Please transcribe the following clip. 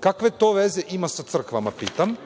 Kakve to veze ima sa crkvama, pitam?